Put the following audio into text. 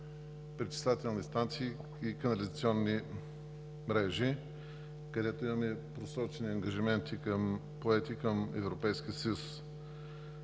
пречиствателни станции и канализационни мрежи, където имаме просрочени ангажименти, поети към